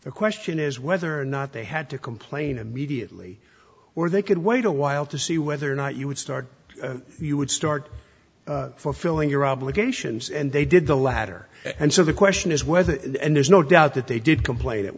the question is whether or not they had to complain and mediately where they could wait a while to see whether or not you would start you would start fulfilling your obligations and they did the latter and so the question is whether there's no doubt that they did complain at